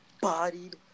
bodied